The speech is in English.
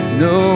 no